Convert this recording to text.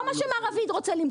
לא את מה שמר רביד רוצה למכור,